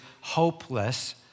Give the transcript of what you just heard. hopeless